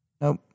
Nope